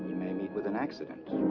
may meet with an accident.